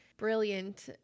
brilliant